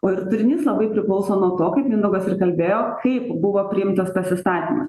o ir turinys labai priklauso nuo to kaip mindaugas ir kalbėjo kaip buvo priimtas tas įstatymas